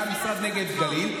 היה משרד הנגב והגליל,